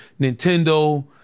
Nintendo